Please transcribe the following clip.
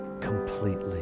completely